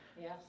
Yes